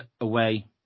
away